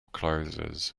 closes